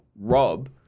Rob